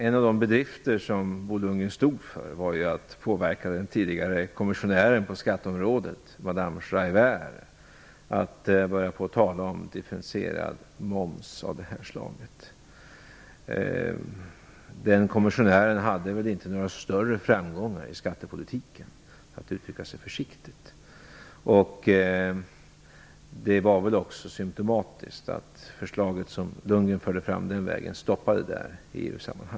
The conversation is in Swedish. En av de bedrifter som Bo Lundgren stod för var att påverka den f.d. kommissionären på skatteområdet madame Scrivener att börja tala om differentierad moms av detta slag. För att uttrycka mig försiktigt vill jag säga att den kommissionären väl inte hade några större framgångar i skattepolitiken. Det var också symtomatiskt att det förslag som Bo Lundgren förde fram den vägen i EU-sammanhanget stannade där.